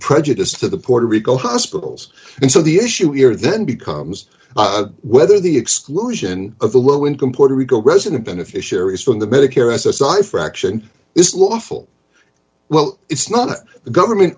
prejudice to the puerto rico hospitals and so the issue here then becomes whether the exclusion of the low income puerto rico resident beneficiaries from the medicare s s i fraction is lawful well it's not the government